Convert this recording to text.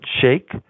shake